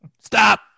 stop